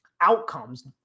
outcomes